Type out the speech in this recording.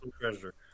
treasure